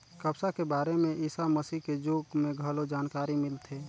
कपसा के बारे में ईसा मसीह के जुग में घलो जानकारी मिलथे